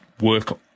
work